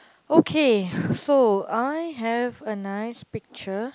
okay so I have a nice picture